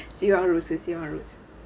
希望如此希望如此